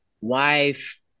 wife